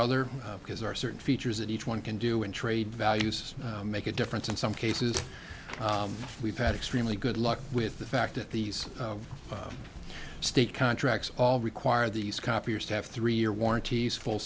other because there are certain features that each one can do and trade values make a difference in some cases we've had extremely good luck with the fact that these state contracts all require these copiers to have three year warranty full